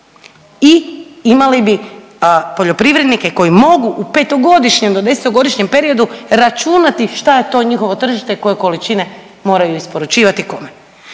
i imali bi poljoprivrednike koji mogu u petogodišnjem do desetogodišnjem periodu računati šta je to njihovo tržište koje količine moraju isporučivati i kome.